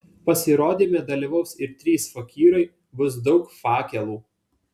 pasirodyme dalyvaus ir trys fakyrai bus daug fakelų